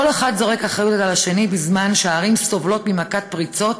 כל אחד זורק אחריות על השני בזמן שהערים סובלות ממכת פריצוֹת,